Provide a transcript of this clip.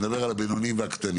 אני מדבר על הבינוניים והקטנים.